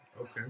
Okay